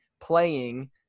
playing